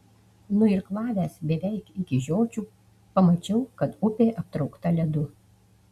nuirklavęs beveik iki žiočių pamačiau kad upė aptraukta ledu